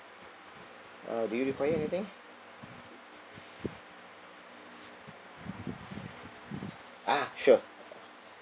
uh do you require anything ah sure